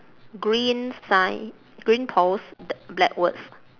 green sign green post da~ black words